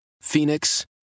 Phoenix